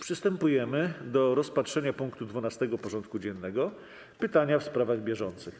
Przystępujemy do rozpatrzenia punktu 12. porządku dziennego: Pytania w sprawach bieżących.